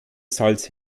salz